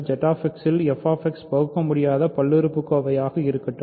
f பகுக்கமுடியாத பல்லுறுப்புக்கோவையாக இருக்கட்டும்